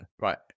right